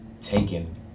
taken